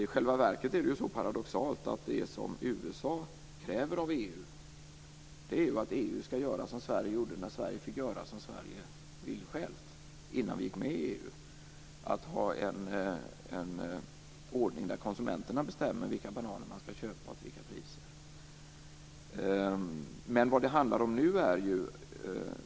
I själva verket är det så paradoxalt att det som USA kräver av EU är att EU skall göra som Sverige gjorde när Sverige fick göra som Sverige självt ville, innan Sverige gick med i EU, nämligen att ha en ordning som innebär att konsumenterna bestämmer vilka bananer man skall köpa och till vilka priser.